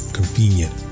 convenient